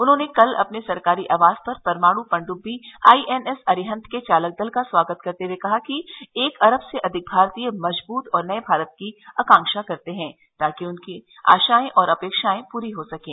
उन्होंने कल अपने सरकारी आवास पर परमाणु पनडुब्बी आईएनएस अरिहत के चालक दल का स्वागत करते हुए कहा कि एक अरब से अधिक भारतीय मजबूत और नए भारत की आकांक्षा करते हैं ताकि उनकी आशाएं और अपेक्षाएं पूरी हो सकें